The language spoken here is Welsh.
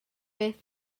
beth